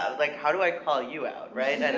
ah like how do i call you out, right? and